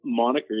monikers